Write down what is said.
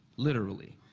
literally,